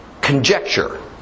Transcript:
conjecture